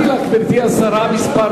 אדוני, סליחה, בכל